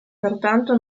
pertanto